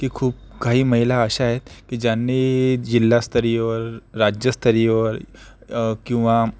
की खूप काही महिला अशा आहेत की ज्यांनी जिल्हास्तरीय वर राज्यस्तरीय वर किंवा